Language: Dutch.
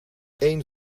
eén